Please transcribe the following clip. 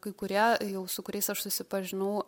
kai kurie jau su kuriais aš susipažinau